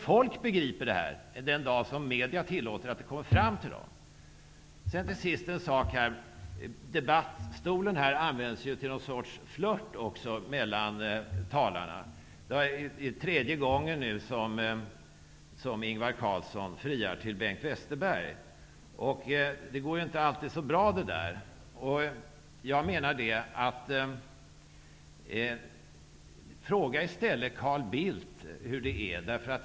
Folk begriper det här den dag som media tillåter att det kommer fram till dem. Låt mig till sist säga att den här debattstolen också används till något slags flirt mellan talarna. Det är tredje gången som Ingvar Carlsson friar till Bengt Westerberg. Det går ju inte alltid så bra. Fråga i stället Carl Bildt hur det är!